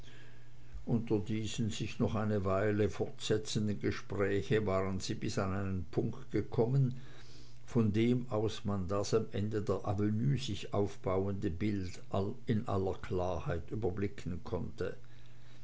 unter diesem sich noch eine weile fortsetzenden gespräche waren sie bis an einen punkt gekommen von dem aus man das am ende der avenue sich aufbauende bild in aller klarheit überblicken konnte